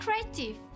creative